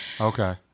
Okay